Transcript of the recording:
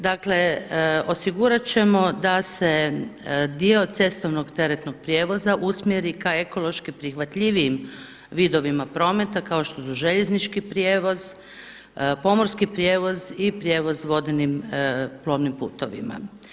Dakle osigurati ćemo da se dio cestovnog teretnog prijevoza usmjeri ka ekološki prihvatljivijim vidovima prometa kao što su željeznički prijevoz, pomorski prijevoz i prijevoz vodenim plovnim putovima.